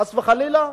חס וחלילה?